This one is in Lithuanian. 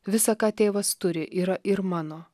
visa ką tėvas turi yra ir mano